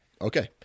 Okay